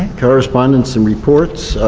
correspondence and reports,